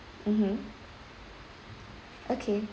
mmhmm okay